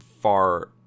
far